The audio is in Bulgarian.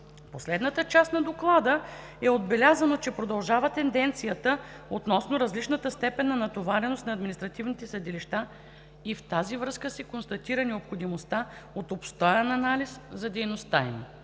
последната част на Доклада е отбелязано, че продължава тенденцията относно различната степен на натовареност на административните съдилища и в тази връзка се констатира необходимостта от обстоен анализ за дейността им.